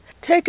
Take